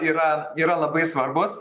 yra yra labai svarbus